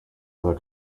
other